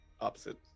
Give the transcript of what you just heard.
opposite